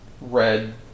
red